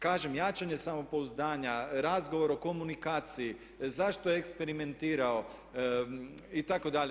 Kažem, jačanje samopouzdanja, razgovor o komunikaciji, zašto je eksperimentirao itd.